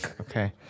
Okay